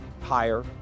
higher